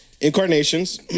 incarnations